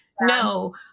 no